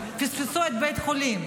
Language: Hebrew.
הם פספסו את בית החולים,